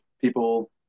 people